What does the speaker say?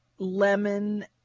Lemon